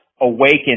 awaken